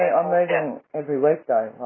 i'm moving every week though.